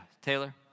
Taylor